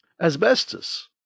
Asbestos